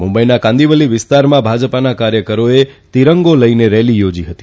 મુંબઇના કાંદીવલી વિસ્તારમાં ભાજપના કાર્યકરોએ તિરંગો લઇને રેલી યોજી હતી